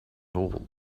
all